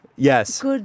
Yes